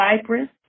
Cyprus